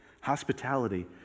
Hospitality